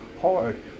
hard